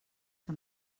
que